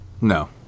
No